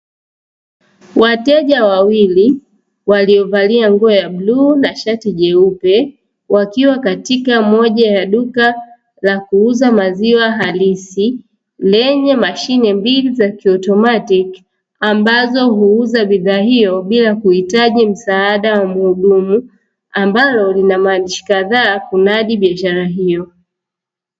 Wateja wawili waliovalia nguo ya bluu na shati jeupe wakiwa katika moja ya duka la kuuza maziwa halisi lenye mashine mbili za kiautomatiki, ambazo huuza bidhaa hiyo bila kuhitaji msaada wa muhudumu ambalo lina maandishi kadhaa kunadi biashara hiyo.